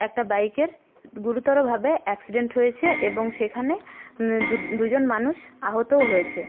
একটা বাইকের গুরুতরভাবে অ্যাক্সিডেন্ট হয়েছে এবং সেখানে দুজন মানুষ আহতও হয়েছে